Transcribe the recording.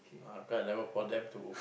ah 'cause i never call them to